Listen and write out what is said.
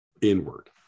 inward